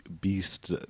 beast